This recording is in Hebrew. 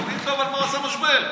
תבין על מה הוא עשה משבר.